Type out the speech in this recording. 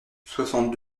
soixante